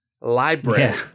library